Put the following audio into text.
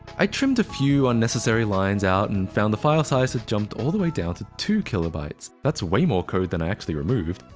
i trimmed a few unnecessary lines out and found the file size had jumped all the way down to two kb. ah that's that's way more code than i actually removed.